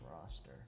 roster